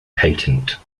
patent